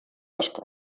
asko